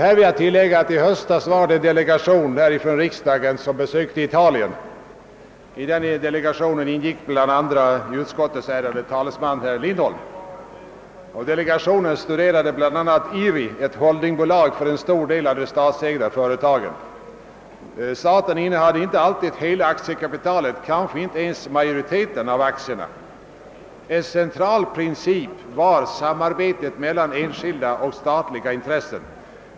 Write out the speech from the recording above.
Här vill jag tillägga att i höstas besökte en delegation från riksdagen Italien. I den delegationen ingick bl.a. utskottets ärade talesman, herr Lindholm. Delegationen studerade bl.a. IRI, ett holdingbolag för en stor del av de statsägda företagen. Staten har inte alltid hela aktiekapitalet, kanske inte ens majoriteten av aktierna. En central princip var samarbetet mellan enskilda och statliga intressen.